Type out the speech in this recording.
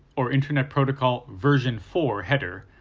or internet protocol version four header,